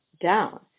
down